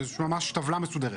יש ממש טבלה מסודרת.